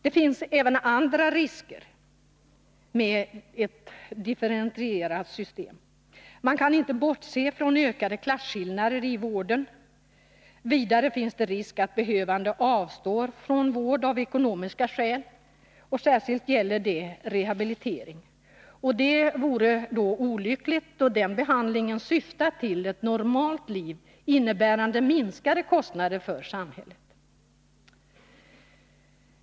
Det finns även andra risker med ett differentierat system. Man kan inte bortse från ökade klasskillnader i vården. Vidare finns det risk att behövande avstår från vård av ekonomiska skäl. Särskilt gäller det rehabilitering, vilket är olyckligt, då den behandlingen syftar till ett normalt liv, innebärande minskade kostnader för samhället.